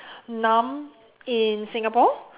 nahm in Singapore